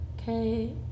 okay